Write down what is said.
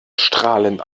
strahlend